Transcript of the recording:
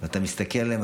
ואתה מסתכל עליהם,